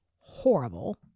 horrible